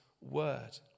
word